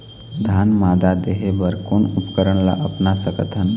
धान मादा देहे बर कोन उपकरण ला अपना सकथन?